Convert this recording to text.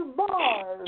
bars